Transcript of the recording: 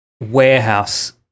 warehouse